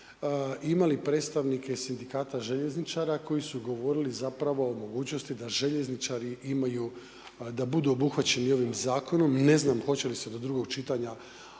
imali predstavnike sindikata željezničara koji su govorili o mogućnosti da željezničari budu obuhvaćeni ovim zakonom, ne znam hoće li se do drugog čitanja